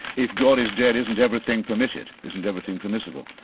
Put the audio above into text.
if god is dead, isn't everything permitted, isn't everything permissible?